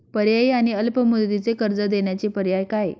पर्यायी आणि अल्प मुदतीचे कर्ज देण्याचे पर्याय काय?